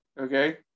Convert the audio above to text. okay